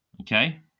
Okay